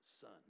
son